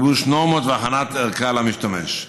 גיבוש נורמות והכנת ערכה למשתמש.